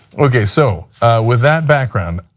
okay, so with that background,